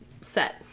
set